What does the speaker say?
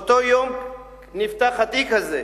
באותו יום נפתח התיק הזה,